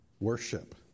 worship